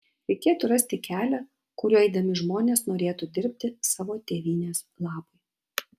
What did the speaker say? reikėtų rasti kelią kuriuo eidami žmonės norėtų dirbti savo tėvynės labui